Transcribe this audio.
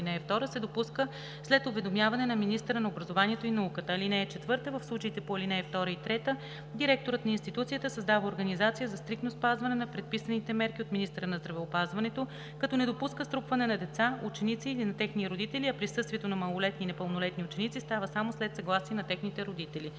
ал. 2 се допуска след уведомяване на министъра на образованието и науката. (4) В случаите по ал. 2 и 3 директорът на институцията създава организация за стриктно спазване на предписаните мерки от министъра на здравеопазването, като не допуска струпване на деца, ученици или на техни родители, а присъствието на малолетни и непълнолетни ученици става само след съгласие на техните родители.“;